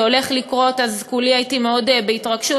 הולך לקרות אז כולי הייתי מאוד בהתרגשות.